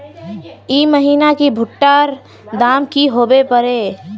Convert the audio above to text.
ई महीना की भुट्टा र दाम की होबे परे?